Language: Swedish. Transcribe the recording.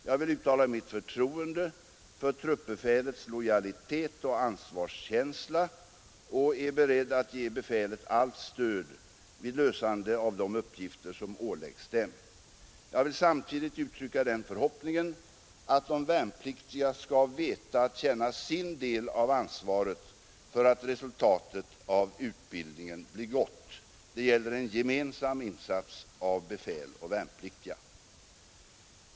Jag vill uttala mitt förtroende för truppbefälets lojalitet och ansvarskänsla och är beredd att ge befälet allt stöd vid lösande av de uppgifter som åläggs dem. Jag vill samtidigt uttrycka den förhoppningen, att de värnpliktiga skall veta att känna sin del av ansvaret för att resultatet av utbildningen blir gott. Det gäller en gemensam insats av befäl och värnpliktiga.